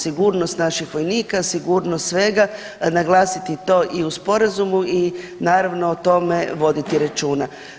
Sigurnost naših vojnika, sigurnost svega, naglasiti to i u Sporazumu i naravno, o tome voditi računa.